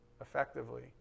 effectively